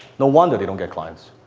no wonder they don't get clients.